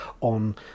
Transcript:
on